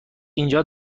اینجا